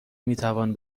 میتوان